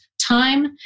time